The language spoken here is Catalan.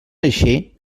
així